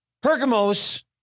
Pergamos